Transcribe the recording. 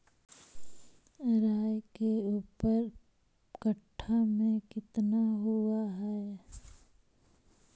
राई के ऊपर कट्ठा में कितना हुआ है?